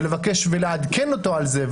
ולבקש ולעדכן אותו על זה,